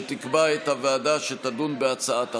והיא תקבע את הוועדה שתדון בהצעת החוק.